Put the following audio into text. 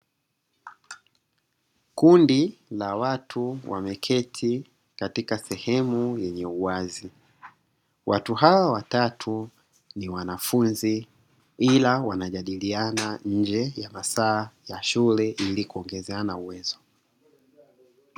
Kundi la watu wameketi katika sehemu yenye uwazi, watu hawa watatu ni wanafunzi ila wanajadiliana nje ya masaa ya shule ili kuongezeana uwezo.